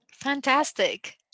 Fantastic